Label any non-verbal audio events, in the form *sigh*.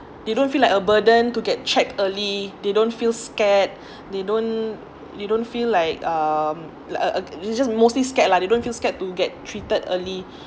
you don't feel like a burden to get checked early they don't feel scared *breath* they don't they don't feel like um like a a they just mostly scared lah they don't feel scared to get treated early